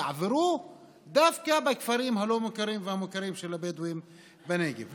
יעברו דווקא בכפרים הלא-מוכרים והמוכרים של הבדואים בנגב.